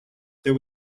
there